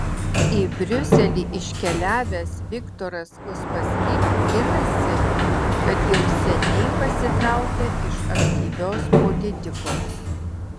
į briuselį iškeliavęs viktoras uspaskich ginasi kad jau seniai pasitraukė iš aktyvios politikos